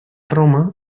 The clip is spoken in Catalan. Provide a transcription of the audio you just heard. roma